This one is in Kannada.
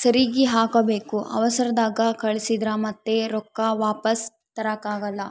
ಸರಿಗಿ ಹಾಕಬೇಕು, ಅವರ್ಸದಾಗ ಕಳಿಸಿದ್ರ ಮತ್ತೆ ರೊಕ್ಕ ವಾಪಸ್ಸು ತರಕಾಗಲ್ಲ